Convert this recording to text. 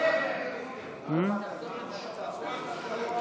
הצעת חוק ביטוח בריאות ממלכתי (תיקון מס'